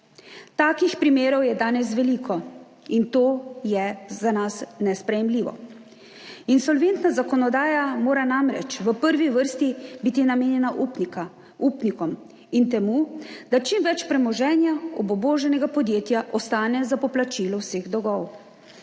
Takih primerov je danes veliko in to je za nas nesprejemljivo. Insolventna zakonodaja mora biti namreč v prvi vrsti namenjena upnikom in temu, da čim več premoženja obubožanega podjetja ostane za poplačilo vseh dolgov,